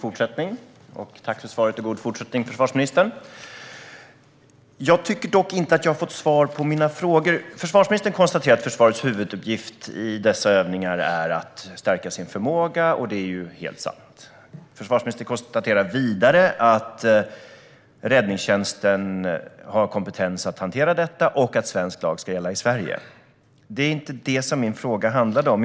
Herr talman! Jag önskar herr talmannen och försvarsministern en god fortsättning. Det var inte detta som min fråga handlade om.